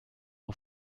aux